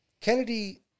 Kennedy